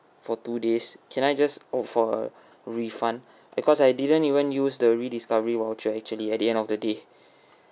for two days can I just opt for a refund because I didn't even use the rediscovery voucher actually at the end of the day